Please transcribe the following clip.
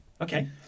Okay